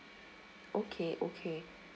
okay okay